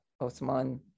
Osman